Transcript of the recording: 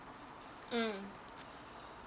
mm